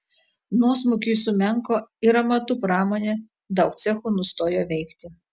nuosmukiui sumenko ir amatų pramonė daug cechų nustojo veikti